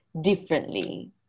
differently